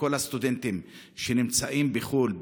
לכל הסטודנטים שנמצאים בחו"ל,